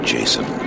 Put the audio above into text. Jason